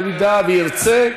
אם ירצה,